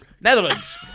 Netherlands